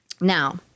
Now